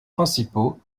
principaux